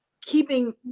keeping